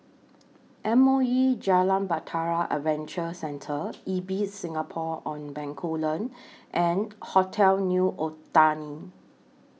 M O E Jalan Bahtera Adventure Centre Ibis Singapore on Bencoolen and Hotel New Otani